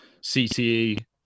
CTE